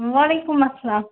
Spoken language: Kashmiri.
وَعلیکُم اَسَلام